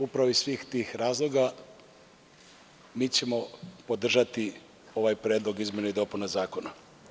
Upravo iz svih tih razloga mi ćemo podržati ovaj predlog izmena i dopuna Zakona.